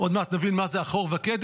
עוד מעט נבין מה זה אחור וקדם,